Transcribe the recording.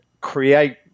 create